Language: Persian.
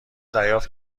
دریافت